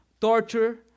torture